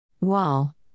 Wall